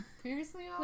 Previously